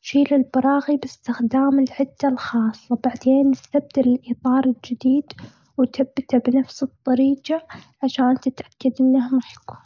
شيل البراغي بإستخدام العدة الخاصة. بعدين إستبدل الإطار الجديد وثبته بنفس الطريجة، عشان تتأكد إنها محكوم.